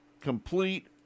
complete